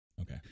Okay